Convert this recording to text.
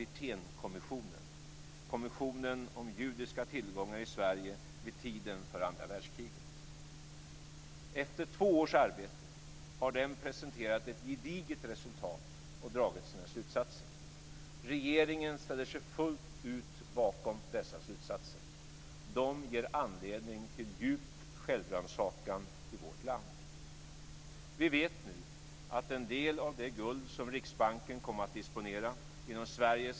Efter två års arbete har den presenterat ett gediget resultat och dragit sina slutsatser. Regeringen ställer sig fullt ut bakom dessa slutsatser.